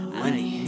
money